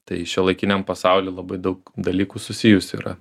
tai šiuolaikiniam pasauly labai daug dalykų susijusių yra